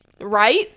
right